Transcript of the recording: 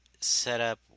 Setup